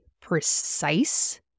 precise